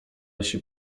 się